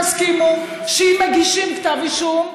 תסכימו שאם מגישים כתב אישום,